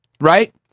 right